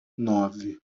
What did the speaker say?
nove